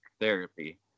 therapy